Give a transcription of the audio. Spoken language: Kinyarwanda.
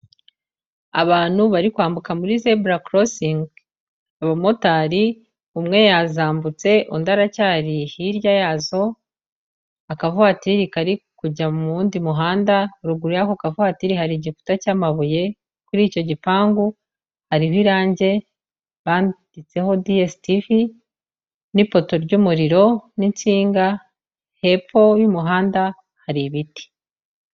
Abantu bari kwambuka muri zebura korosingi, abamotari, umwe yazambutse undi aracyari hirya yazo, akavatiri kari kujya mu w'undi muhanda, ruguru y'ako kavatiri hari igikuta cy'amabuye, kuri icyo gipangu hariho irange, banditseho DSTV n'ipoto ry'umuriro n'insinga, hepfo y'umuhanda hari ibiti.